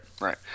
right